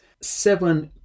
seven